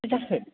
मा जाखो